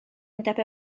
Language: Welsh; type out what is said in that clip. undeb